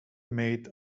made